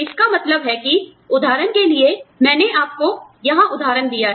इसका मतलब है कि उदाहरण के लिए मैंने आपको यहां उदाहरण दिया है